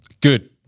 Good